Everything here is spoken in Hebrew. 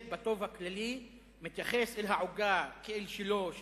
בטוב הכללי מתייחס אל העוגה כאל שלו,